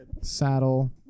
Saddle